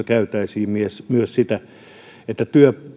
käytäisiin myös myös siitä että